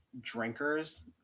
drinkers